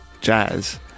Jazz